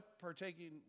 partaking